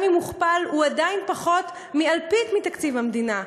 גם אם מוכפל הוא עדיין פחות מאלפית מתקציב המדינה,